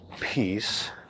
peace